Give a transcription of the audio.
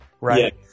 right